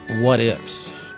what-ifs